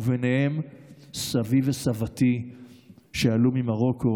וביניהם סבי וסבתי שעלו ממרוקו,